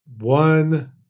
One